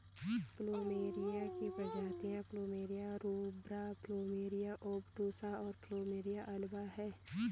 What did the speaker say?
plumeria की प्रजातियाँ plumeria rubra, plumeria obtusa, और प्लुमेरिया अल्बा हैं